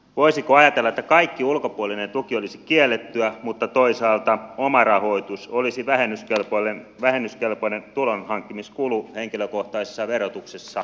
voisiko ajatella että kaikki ulkopuolinen tuki olisi kiellettyä mutta toisaalta omarahoitus olisi vähennyskelpoinen tulonhankkimiskulu henkilökohtaisessa verotuksessa